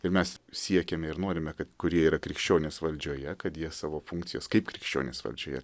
ir mes siekiame ir norime kad kurie yra krikščionys valdžioje kad jie savo funkcijas kaip krikščionys valdžioje